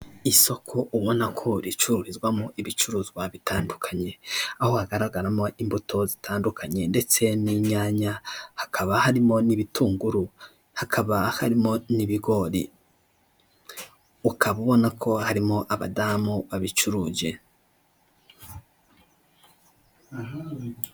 Isoko ubona ko ricururizwamo ibicuruzwa bitandukanye, aho hagaragaramo imbuto zitandukanye ndetse n'inyanya, hakaba harimo n'ibitunguru, hakaba harimo n'ibigori, ukaba ubona ko harimo abadamu babicuruje.